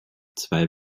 zwei